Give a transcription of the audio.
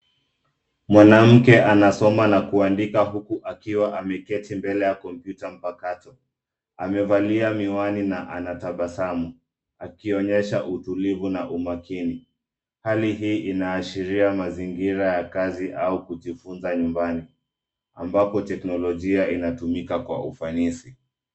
Mwanamke anasoma na kuandika huku akiwa ameketi mbele ya kompyuta mpakato. Amevalia miwani na anatabasamu akionyesha utulivu na umakini. Hali hii inaashiria mazingira ya kazi au kujifunza nyumbani ambapo teknolojia inatumika kwa ufanisi.